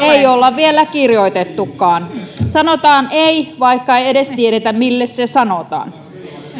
ei olla vielä kirjoitettukaan sanotaan ei vaikka ei edes tiedetä mille se sanotaan